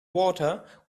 water